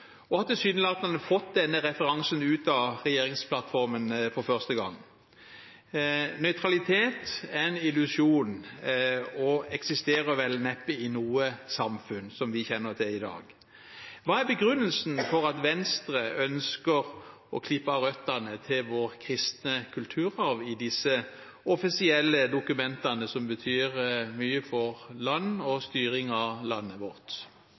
de har tilsynelatende fått denne referansen ut av regjeringsplattformen for første gang. Nøytralitet er en illusjon og eksisterer vel neppe i noe samfunn som vi kjenner til i dag. Hva er begrunnelsen for at Venstre ønsker å klippe av røttene til vår kristne kulturarv i disse offisielle dokumentene, som betyr mye for landet og styringen av landet vårt?